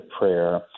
prayer